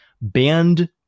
banned